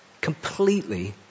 completely